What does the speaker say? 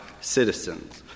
citizens